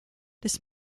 this